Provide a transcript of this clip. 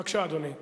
בבקשה, אדוני.